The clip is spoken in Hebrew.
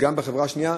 גם בחברה השנייה,